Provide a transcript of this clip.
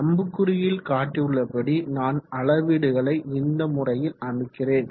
அம்புக்குறியில் காட்டியுள்ளபடி நான் அளவீடுகளை இந்த முறையில் அமைக்கிறேன்